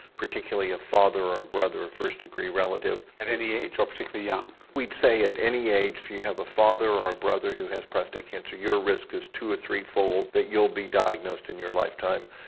particularly a father or a brother or first degree relative? at any age or particularly young? we'd say at any age if you have a father or a brother who has prostate cancer your risk is two or threefold that you'll be diagnosed in your lifetime.